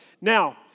Now